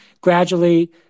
gradually